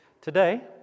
Today